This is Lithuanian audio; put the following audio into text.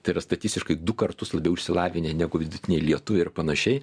tai yra statistiškai du kartus labiau išsilavinę negu vidutiniai lietuviai ir panašiai